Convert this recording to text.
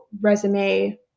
resume